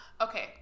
Okay